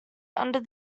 under